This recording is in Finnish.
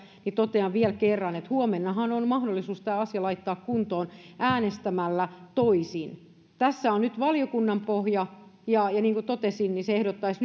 to tean vielä kerran että huomennahan on on mahdollisuus tämä asia laittaa kuntoon äänestämällä toisin tässä on nyt valiokunnan pohja ja ja niin kuin totesin se ehdottaisi